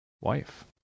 Wife